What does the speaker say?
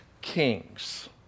kings